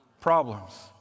Problems